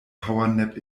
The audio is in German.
powernap